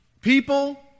People